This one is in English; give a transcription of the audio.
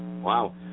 Wow